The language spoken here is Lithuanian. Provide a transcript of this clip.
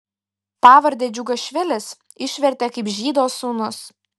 pavardę džiugašvilis išvertė kaip žydo sūnus